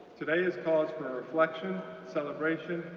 today is cause for reflection, celebration,